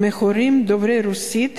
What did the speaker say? מהורים דוברי רוסית